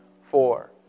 Four